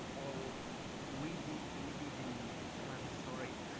all we did we did in this plan, sorry.